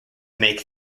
make